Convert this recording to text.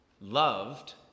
loved